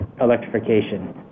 electrification